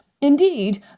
Indeed